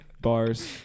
Bars